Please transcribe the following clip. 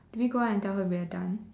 do we go out and tell her we are done